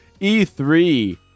E3